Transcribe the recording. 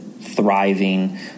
thriving